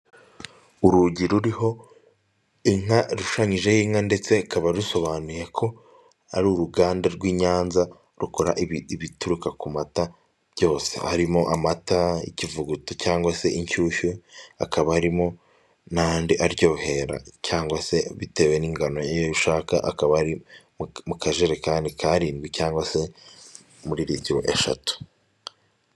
Urugi ruriho inka, rushushanyijeho inka ndetse ikaba rusobanuye ko ari uruganda rw'i nyanza rukora ibituruka ku mata byose, harimo amata y'ikivuguto cyangwag se inshyushyu, hakaba harimo n'andi aryohera cyangwa se bitewe n'ingano yayo ushaka. Akaba ari mu kajerekani karindwi cyangwa se muri ritiro eshatu.